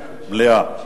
מליאה.